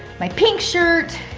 my pink shirt.